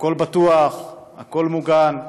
הכול בטוח, הכול מוגן.